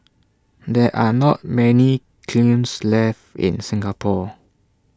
there are not many kilns left in Singapore